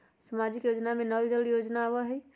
सामाजिक योजना में नल जल योजना आवहई?